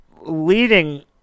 Leading